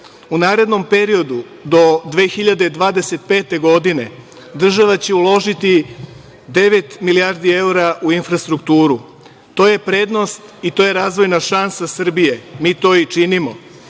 U narednom periodu do 2025. godine država će uložiti devet milijardi evra u infrastrukturu. To je prednost i to je razvojna šansa Srbije. Mi to i činimo.